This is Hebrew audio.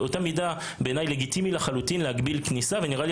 לדעתי באותה מידה לגיטימי להגביל כניסה ונראה לי